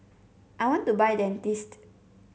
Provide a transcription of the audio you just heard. I want to buy Dentiste